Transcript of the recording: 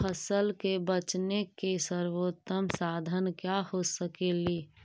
फसल के बेचने के सरबोतम साधन क्या हो सकेली?